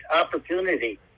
opportunity